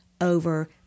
over